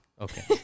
Okay